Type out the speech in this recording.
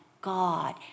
God